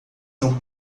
são